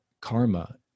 karma